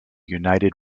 united